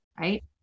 Right